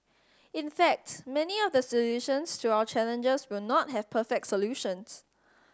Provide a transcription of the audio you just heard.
in fact many of the solutions to our challenges will not have perfect solutions